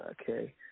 okay